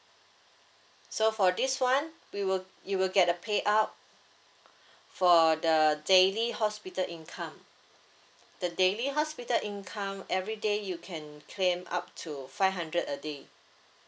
so for this one we will you will get a payout for the daily hospital income the daily hospital income everyday you can claim up to five hundred a day